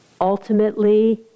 Ultimately